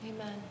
Amen